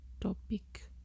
topic